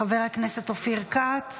חבר הכנסת אופיר כץ,